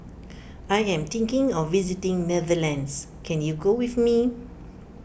I am thinking of visiting Netherlands can you go with me